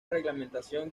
reglamentación